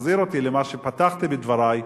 מחזיר אותי למה שפתחתי בדברי,